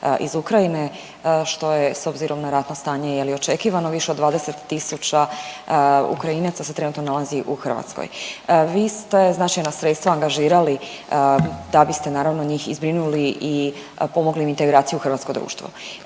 iz Ukrajine što je s obzirom na ratno stanje je li očekivano. Više od 20 tisuća Ukrajinaca se trenutno nalazi u Hrvatskoj. Vi ste značajna sredstva angažirali da biste naravno njih i zbrinuli i pomogli integraciju u hrvatsko društvo.